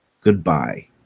goodbye